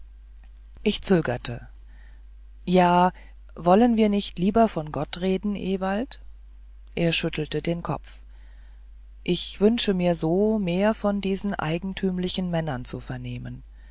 ich zögerte ja wollen wir nicht lieber von gott reden ewald er schüttelte den kopf ich wünsche mir so mehr von diesen eigentümlichen männern zu vernehmen